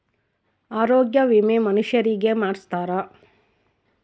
ಆರೊಗ್ಯ ವಿಮೆ ಮನುಷರಿಗೇ ಮಾಡ್ಸ್ತಾರ